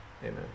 Amen